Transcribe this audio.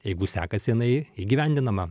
jeigu sekasi jinai įgyvendinama